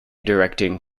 directing